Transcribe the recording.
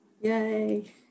Yay